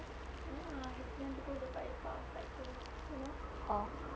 oh